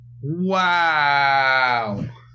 wow